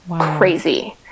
crazy